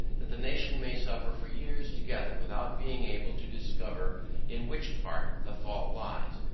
that the nation may suffer for years together without being able to discover in which part the fault lies,